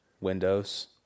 Windows